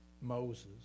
Moses